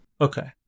Okay